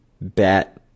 bat